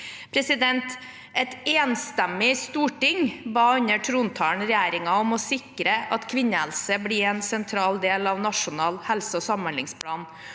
i 2024. Et enstemmig storting ba under trontalen regjeringen om å sikre at kvinnehelse blir en sentral del av Nasjonal helse- og samhandlingsplan,